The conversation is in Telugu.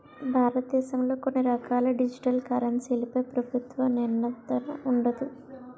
భారతదేశంలో కొన్ని రకాల డిజిటల్ కరెన్సీలపై ప్రభుత్వ నియంత్రణ ఉండదు